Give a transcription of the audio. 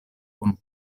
kun